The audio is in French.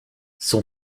son